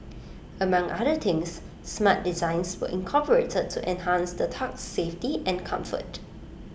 among other things smart designs were incorporated to enhance the tug's safety and comfort